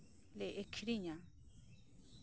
ᱞᱮ ᱟᱹᱠᱷᱨᱤᱧᱟ